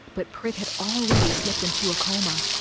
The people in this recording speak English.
but prit had already slipped into a coma.